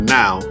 now